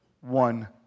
one